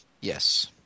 Yes